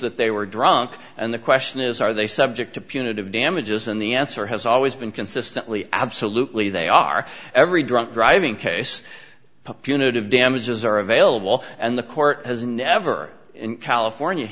that they were drunk and the question is are they subject to punitive damages and the answer has always been consistently absolutely they are every drunk driving case punitive damages are available and the court has never in california